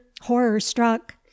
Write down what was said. horror-struck